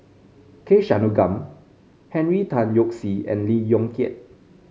K Shanmugam Henry Tan Yoke See and Lee Yong Kiat